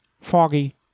foggy